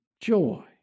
joy